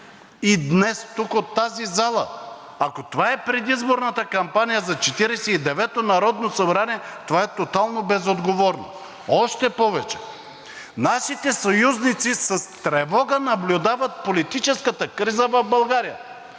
днес и тук, от тази зала. Ако това е предизборната кампания за Четиридесет и деветото народно събрание, това е тотално безотговорно. Още повече, нашите съюзници с тревога наблюдават политическата криза в България.